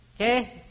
Okay